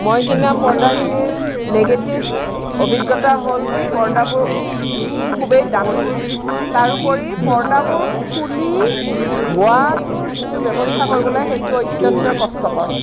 মই কিনা পৰ্দাখিনিৰ নিগেটিভ অভিজ্ঞতা হ'ল কি পৰ্দাবোৰ খুবেই দামী তাৰোপৰি পৰ্দাবোৰ খুলি ধোৱাটোৰ যিটো ব্যৱস্থা কৰিব লাগে সেইটো অত্যন্ত কষ্টকৰ